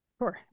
Sure